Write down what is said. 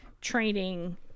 training